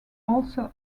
also